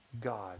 God